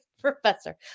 Professor